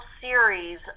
series